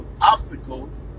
obstacles